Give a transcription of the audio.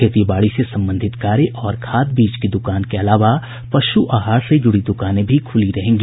खेती बाड़ी से संबंधित कार्य और खाद बीज की द्रकान के अलावा पशु आहार से जुड़ी द्रकानें भी खुली रहेंगी